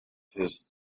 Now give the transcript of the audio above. his